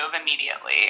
immediately